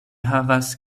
havas